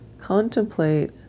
contemplate